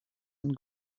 and